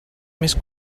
més